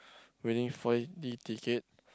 winning four-D ticket